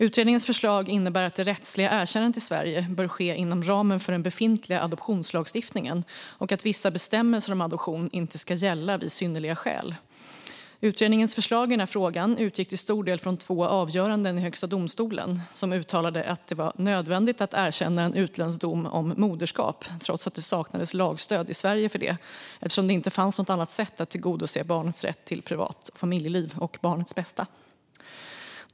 Utredningens förslag innebär att det rättsliga erkännandet i Sverige bör ske inom ramen för den befintliga adoptionslagstiftningen och att vissa bestämmelser om adoption inte ska gälla vid synnerliga skäl. Utredningens förslag i denna fråga utgick till stor del från två avgöranden i Högsta domstolen som uttalade att det var nödvändigt att erkänna en utländsk dom om moderskap trots att det saknas lagstöd i Sverige för det, eftersom det inte fanns något annat sätt att tillgodose barnets rätt till privat och familjeliv och barnets bästa.